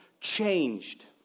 changed